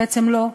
בעצם לא,